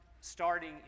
starting